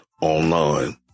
online